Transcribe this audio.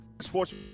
sports